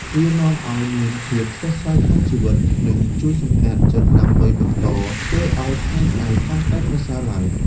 វានាំឲ្យមានភាពស្រស់ស្រាយក្នុងជីវិត និងជួយសំអាតចិត្តដើម្បីបន្តធ្វើអោយថ្ងៃស្អែកកាន់តែប្រសើរឡើង។